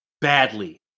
badly